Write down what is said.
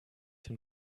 dem